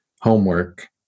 homework